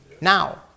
Now